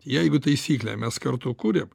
jeigu taisyklę mes kartu kuriam